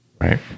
Right